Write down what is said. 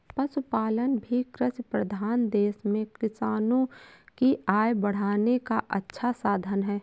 पशुपालन भी कृषिप्रधान देश में किसानों की आय बढ़ाने का अच्छा साधन है